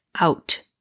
out